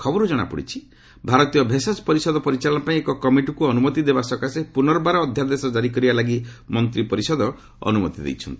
ଖବରରୁ ଜଣାପଡ଼ିଛି ଭାରତୀୟ ଭେଷଜ ପରିଷଦ ପରିଚାଳନା ପାଇଁ ଏକ କମିଟିକୁ ଅନୁମତି ଦେବା ସକାଶେ ପୁନର୍ବାର ଅଧ୍ୟାଦେଶ କାରି କରିବା ଲାଗି ମନ୍ତ୍ରୀପରିଷଦ ଅନୁମତି ଦେଇଛନ୍ତି